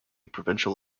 provincial